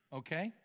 okay